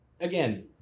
again